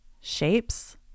shapes